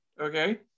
Okay